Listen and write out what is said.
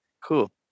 cool